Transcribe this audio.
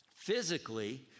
Physically